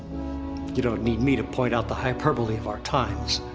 you don't need me to point out the hyperbole of our times.